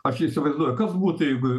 aš įsivaizduoju kas būtų jeigu